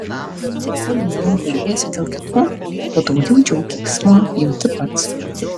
kuo daugiau džiaugiesi dėl kitų tuo daugiau džiaugsmo jauti pats